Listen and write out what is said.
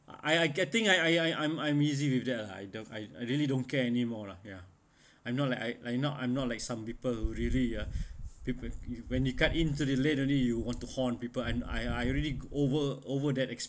I I getting I I I'm easy with that lah I don't I I really don't care anymore lah ya I'm not like I I not I'm not like some people really ah peop~ peop~ when you cut into the lane only you want to horn people and I I really over over that